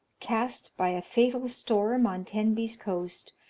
cast by a fatal storm on tenby's coast,